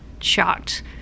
shocked